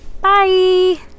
bye